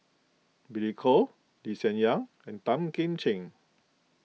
Billy Koh Lee Hsien Yang and Tan Kim Ching